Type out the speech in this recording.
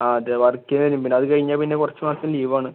ആ അതേ വർക്ക് ചെയ്യാനും പിന്നെ അത് കഴിഞ്ഞാൽ പിന്നെ കുറച്ച് മാസം ലീവാണ്